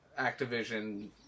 Activision